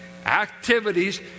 activities